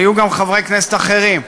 היו גם חברי כנסת אחרים.